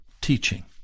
teaching